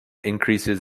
increases